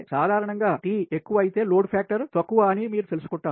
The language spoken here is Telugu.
అయితే సాధారణం గా T ఎక్కువ అయితే లోడ్ ఫ్యాక్టర్ తక్కువ అని మీరు తెలుసు కుంటారు